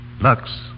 Lux